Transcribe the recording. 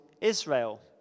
Israel